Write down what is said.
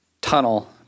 tunnel